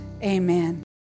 Amen